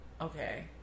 Okay